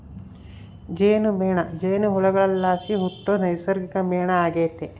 ಜೇನುಮೇಣ ಜೇನುಹುಳುಗುಳ್ಲಾಸಿ ಹುಟ್ಟೋ ನೈಸರ್ಗಿಕ ಮೇಣ ಆಗೆತೆ